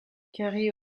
carrie